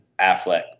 Affleck